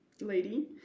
lady